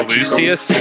Lucius